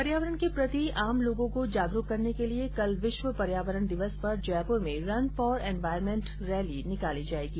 पर्यावरण के प्रति आम लोगों को जागरूक करने के लिए कल विश्व पर्यावरण दिवस पर जयपुर में रन फॉर एनवायरमेन्ट रैली निकाली जायेगी